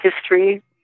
history